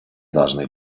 должны